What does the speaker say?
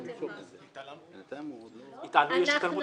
יש התעלמות